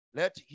let